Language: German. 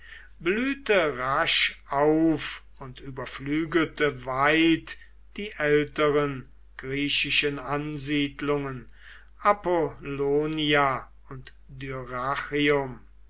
blühte rasch auf und überflügelte weit die älteren griechischen ansiedlungen apollonia und